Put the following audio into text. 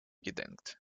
gedenkt